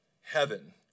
heaven